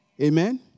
Amen